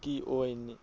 ꯀꯤ ꯑꯣꯏꯅꯤ